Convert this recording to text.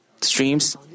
streams